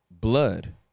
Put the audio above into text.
blood